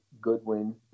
Goodwin